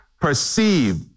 perceive